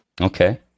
Okay